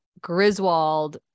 Griswold